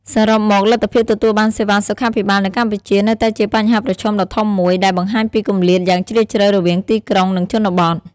សរុបមក លទ្ធភាពទទួលបានសេវាសុខាភិបាលនៅកម្ពុជានៅតែជាបញ្ហាប្រឈមដ៏ធំមួយ ដែលបង្ហាញពីគម្លាតយ៉ាងជ្រាលជ្រៅរវាងទីក្រុង និងជនបទ។